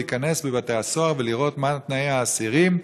להיכנס לבתי-הסוהר ולראות מהם תנאי האסירים.